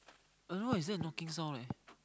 I don't know is there a knocking sound leh